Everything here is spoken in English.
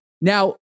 Now